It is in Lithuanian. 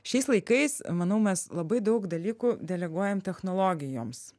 šiais laikais manau mes labai daug dalykų deleguojam technologijoms